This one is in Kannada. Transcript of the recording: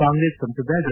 ಕಾಂಗ್ರೆಸ್ ಸಂಸದ ಡಾ